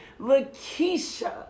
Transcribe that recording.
Lakeisha